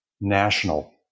national